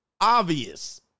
obvious